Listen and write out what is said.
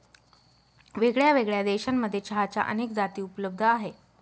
वेगळ्यावेगळ्या देशांमध्ये चहाच्या अनेक जाती उपलब्ध आहे